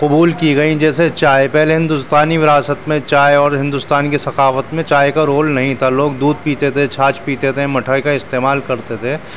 قبول کی گئیں جیسے چائے پہلے ہندوستانی وراثت میں چائے اور ہندوستان کی ثقافت میں چائے کا رول نہیں تھا لوگ دودھ پیتے تھے چھاچھ پیتے تھے مٹھائی کا استعمال کرتے تھے